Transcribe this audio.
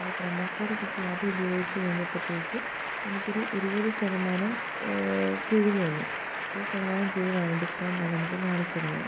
ആ promo code കിട്ടി അതുപയോഗിച്ച് കഴിഞ്ഞപ്പോഴത്തേക്ക് എനിക്കൊരു ഇരുപത് ശതമാനം കിഴിവു തന്നു ഇരുപത് ശതമാനം കിഴിവാണ് ഡിസ്കൗണ്ടാണെനിക്ക് കാണിച്ചിരുന്നത്